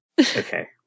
Okay